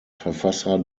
verfasser